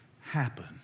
happen